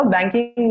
Banking